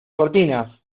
cortinas